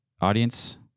Audience